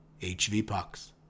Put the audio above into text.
HVPucks